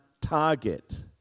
target